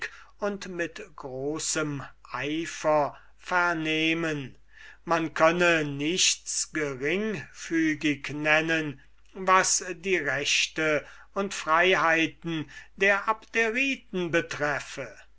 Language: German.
und mit großem eifer vernehmen man könne nichts geringfügig nennen was die rechte und freiheiten der